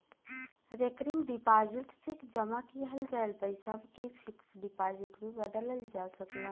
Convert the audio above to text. recurring deposit से जमा किहल गयल पइसा के फिक्स डिपाजिट में बदलल जा सकला